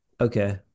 Okay